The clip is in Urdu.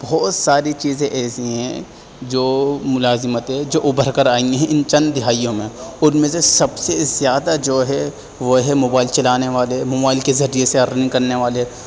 بہت ساری چیزیں ایسی ہیں جو ملازمتیں جو ابھر کر آئی ہیں ان چند دہائیوں میں ان میں سے سب سے زیادہ جو ہے وہ ہے موبائل چلانے والے موبائل کے ذریعے سے ارننگ کرنے والے